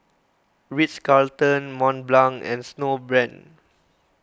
Ritz Carlton Mont Blanc and Snowbrand